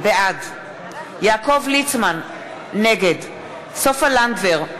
בעד יעקב ליצמן, נגד סופה לנדבר,